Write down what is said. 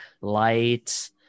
Light